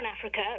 Africa